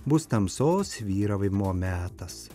bus tamsos vyravimo metas